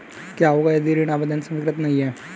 क्या होगा यदि ऋण आवेदन स्वीकृत नहीं है?